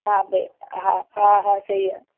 हा भई हा हा हा सही आहे